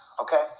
Okay